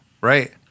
right